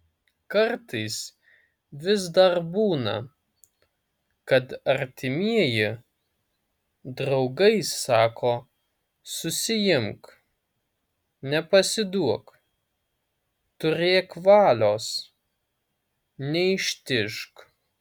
kartais vis dar būna kad artimieji draugai sako susiimk nepasiduok turėk valios neištižk